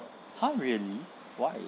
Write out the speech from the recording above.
!huh! really why